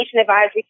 Advisory